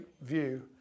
view